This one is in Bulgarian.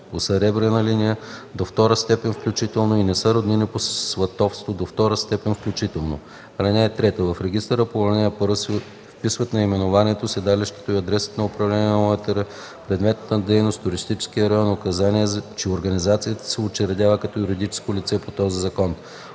по съребрена линия – до втора степен включително, и не са роднини по сватовство – до втора степен включително. (3) В регистъра по ал. 1 се вписват наименованието, седалището и адресът на управление на ОУТР, предметът на дейност, туристическият район, указание, че организацията се учредява като юридическо лице по този закон,